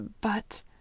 but—